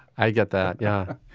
i get that yeah.